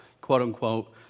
quote-unquote